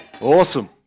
Awesome